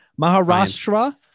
maharashtra